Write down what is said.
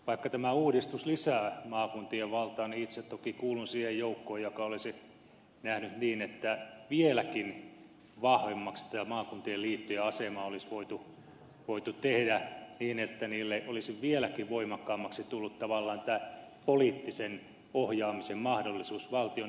vaikka tämä uudistus lisää maakuntien valtaa niin itse toki kuulun siihen joukkoon joka olisi nähnyt niin että vieläkin vahvemmaksi tämä maakuntien liittojen asema olisi voitu tehdä niin että niille olisi vieläkin voimakkaammaksi tullut tavallaan tämä poliittisen ohjaamisen mahdollisuus valtion aluehallintoon päin